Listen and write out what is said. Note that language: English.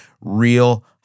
real